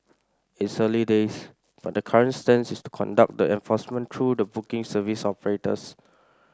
it's early days but the current stance is to conduct the enforcement through the booking service operators